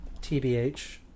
TBH